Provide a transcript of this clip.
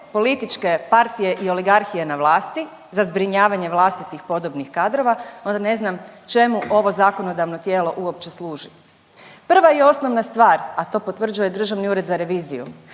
političke partije i oligarhije na vlasti za zbrinjavanje vlastitih podobnih kadrova onda ne znam čemu ovo zakonodavno tijelo uopće služi. Prva i osnovna stvar, a to potvrđuje Državni ured za reviziju,